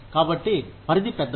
కాబట్టి పరిధి పెద్దది